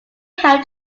helped